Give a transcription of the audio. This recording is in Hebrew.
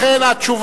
בבקשה.